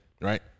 Right